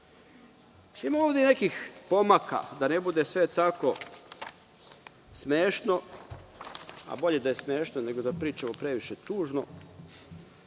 ovde i nekih pomaka, da ne bude sve tako smešno, a bolje da je smešno nego da pričamo previše tužno.